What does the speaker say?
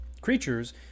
creatures